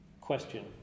question